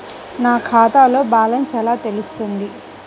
నా ఖాతాలో బ్యాలెన్స్ ఎలా తెలుస్తుంది?